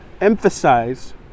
emphasize